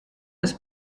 ist